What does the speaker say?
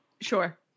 Sure